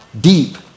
deep